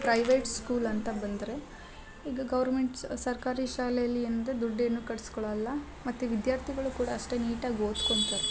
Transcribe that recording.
private school ಅಂತ ಬಂದರೆ ಈಗ ಗೌರ್ಮೆಂಟ್ಸ್ ಸರ್ಕಾರಿ ಶಾಲೇಲಿ ಅಂದರೆ ದುಡ್ಡು ಏನು ಕಟ್ಸ್ಕೊಳಲ್ಲಾ ಮತ್ತು ವಿದ್ಯಾರ್ಥಿಗಳು ಕೂಡ ಅಷ್ಟೇ ನೀಟಾಗಿ ಓದ್ಕೊಳ್ತಾರೆ